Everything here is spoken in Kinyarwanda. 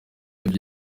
yari